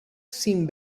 sin